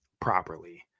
properly